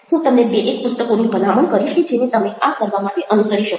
હું તમને બે એક પુસ્તકોની ભલામણ કરીશ કે જેને તમે આ કરવા માટે અનુસરી શકો